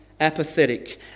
apathetic